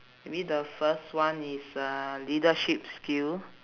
maybe the first one is uh leadership skill